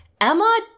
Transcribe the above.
Emma